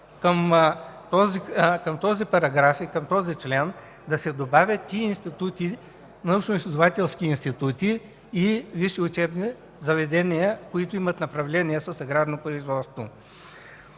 към този параграф и към този член да се добавят и „научноизследователски институти и висши учебни заведения”, които имат направления с аграрно производство.